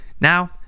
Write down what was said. Now